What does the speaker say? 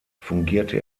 fungierte